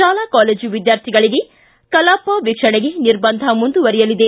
ಶಾಲಾ ಕಾಲೇಜು ವಿದ್ಯಾರ್ಥಿಗಳಿಗೆ ಕಲಾಪ ವೀಕ್ಷಣೆಗೆ ನಿರ್ಬಂಧ ಮುಂದುವರಿಯಲಿದೆ